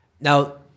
now